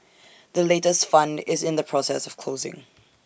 the latest fund is in the process of closing